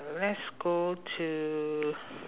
uh let's go to